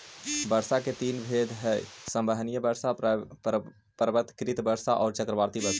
वर्षा के तीन भेद हई संवहनीय वर्षा, पर्वतकृत वर्षा औउर चक्रवाती वर्षा